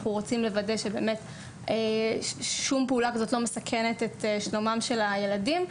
אנחנו רוצים לוודא ששום פעולה כזו לא מסכנת את שלומם של הילדים.